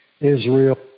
Israel